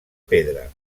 pedra